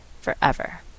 forever